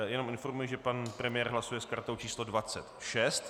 Jenom informuji, že pan premiér hlasuje s kartou číslo 26.